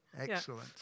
Excellent